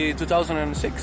2006